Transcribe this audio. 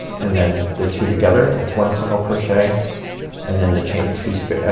and then the two together it's one single crochet and in the chain two space ah,